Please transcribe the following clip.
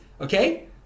okay